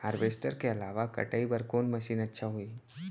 Harvester के अलावा कटाई बर कोन मशीन अच्छा होही?